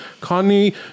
connie